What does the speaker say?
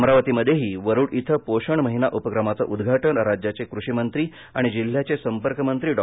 अमरावतीमध्येही वरुड इथं पोषण महिना उपक्रमाचं उद्घाटन राज्याचे कृषी मंत्री आणि जिल्ह्याचे संपर्कमंत्री डॉ